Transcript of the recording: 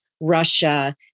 russia